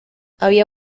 había